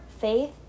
faith